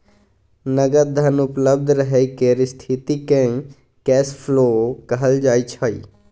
नगद धन उपलब्ध रहय केर स्थिति केँ कैश फ्लो कहल जाइ छै